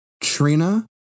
Trina